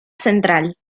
central